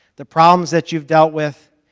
the problems that you've dealt with,